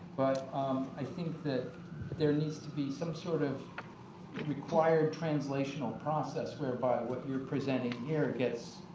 um i think that there needs to be some sort of required translational process whereby what you're presenting here gets